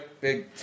big